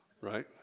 right